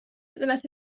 that